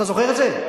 אתה זוכר את זה?